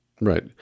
Right